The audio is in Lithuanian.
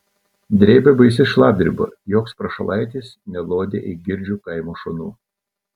drėbė baisi šlapdriba joks prašalaitis nelodė eigirdžių kaimo šunų